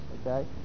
Okay